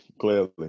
Clearly